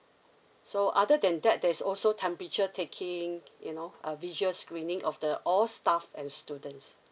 so other than that there's also temperature taking you know uh visual screening of the all staff and students